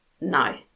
no